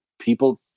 people